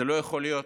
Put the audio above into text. זה לא יכול להיות.